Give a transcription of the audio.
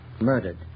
murdered